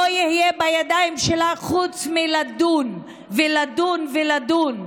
לא יהיה בידיים שלה חוץ מלדון ולדון ולדון,